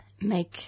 make